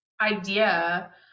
idea